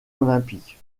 olympiques